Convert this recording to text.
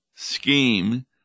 scheme